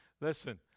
Listen